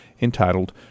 entitled